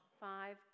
five